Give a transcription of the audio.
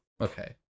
Okay